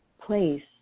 place